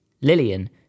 Lillian